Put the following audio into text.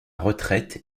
retraite